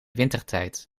wintertijd